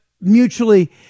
mutually